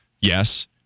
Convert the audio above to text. Yes